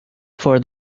for